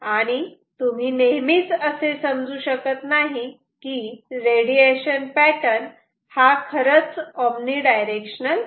आणि तुम्ही नेहमीच असे समजू शकत नाही की रेडिएशन पॅटर्न हा खरंच ओमनी डायरेक्शनल आहे